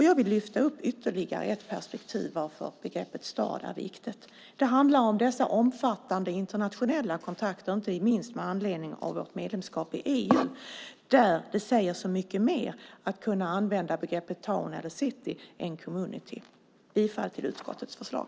Jag vill lyfta upp ytterligare ett perspektiv när det gäller varför begreppet stad är viktigt. Det handlar om de omfattande internationella kontakterna, inte minst med anledning av vårt medlemskap i EU. Det säger så mycket mer att kunna använda begreppet town eller city än community. Jag yrkar bifall till utskottets förslag.